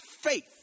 faith